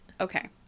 Okay